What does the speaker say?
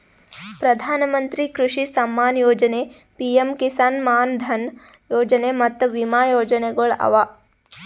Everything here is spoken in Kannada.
ಪ್ರಧಾನ ಮಂತ್ರಿ ಕೃಷಿ ಸಮ್ಮಾನ ಯೊಜನೆ, ಪಿಎಂ ಕಿಸಾನ್ ಮಾನ್ ಧನ್ ಯೊಜನೆ ಮತ್ತ ವಿಮಾ ಯೋಜನೆಗೊಳ್ ಅವಾ